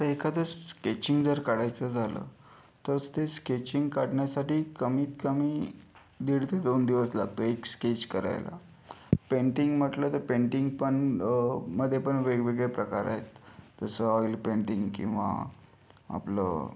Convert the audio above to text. आता एखादं स स स्केचिंग जर काढायचं झालं तर ते स्केचिंग काढण्यासाठी कमीतकमी दीड ते दोन दिवस लागतो एक स्केच करायला पेन्टिंग म्हटलं तर पेन्टिंग पण मध्ये पण वेगवेगळे प्रकार आहेत जसं ऑइल पेन्टिंग किंवा आपलं